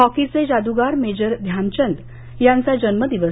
हॉकीचे जाद्गार मेजर ध्यानचंद यांचा जन्मदिवस